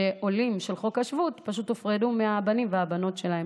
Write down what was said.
שעולים של חוק השבות פשוט הופרדו מהבנים והבנות שלהם,